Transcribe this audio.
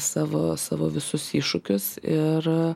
savo savo visus iššūkius ir